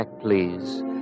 please